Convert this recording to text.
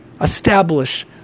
establish